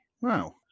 Wow